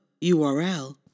URL